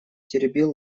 теребил